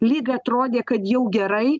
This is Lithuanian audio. lyg atrodė kad jau gerai